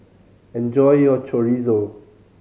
enjoy your Chorizo